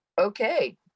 okay